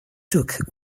took